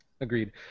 Agreed